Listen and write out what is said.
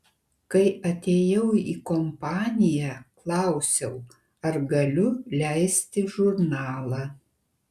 kai atėjau į kompaniją klausiau ar galiu leisti žurnalą